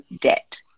debt